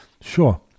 sure